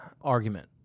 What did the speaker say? argument